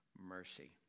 mercy